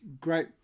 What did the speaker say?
great